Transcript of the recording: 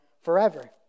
forever